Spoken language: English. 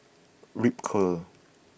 Ripcurl